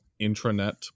intranet